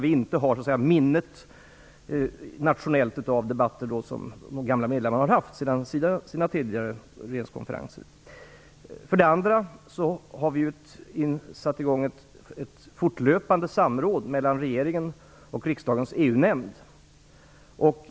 Vi har inte något nationellt minne av debatter, vilket de gamla medlemmarna har sedan tidigare regeringskonferenser. Dessutom har vi satt i gång ett fortlöpande samråd mellan regeringen och riksdagens EU-nämnd.